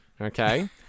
Okay